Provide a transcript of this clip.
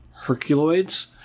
Herculoids